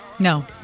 No